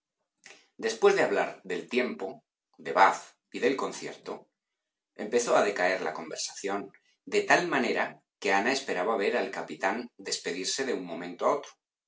después de hablar del tiempo de bath y del concierto empezó a decaer la conversación de tal manera que ana esperaba ver al capitán despedirse de un momento a otro